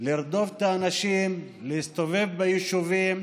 לרדוף את האנשים, להסתובב ביישובים,